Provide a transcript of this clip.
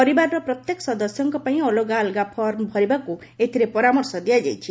ପରିବାରର ପ୍ରତ୍ୟେକ ସଦସ୍ୟଙ୍କ ପାଇଁ ଅଲଗା ଅଲଗା ଫର୍ମ ଭରିବାକୁ ଏଥିରେ ପରାମର୍ଶ ଦିଆଯାଇଛି